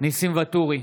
ניסים ואטורי,